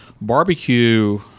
barbecue